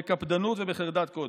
בקפדנות ובחרדת קודש.